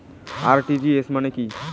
RTGS মানে কি?